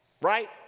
right